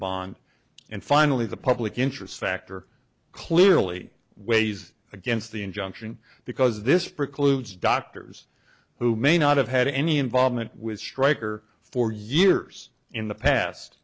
bond and finally the public interest factor clearly weighs against the injunction because this precludes doctors who may not have had any involvement with stryker for years in the past